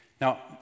Now